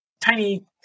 tiny